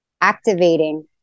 activating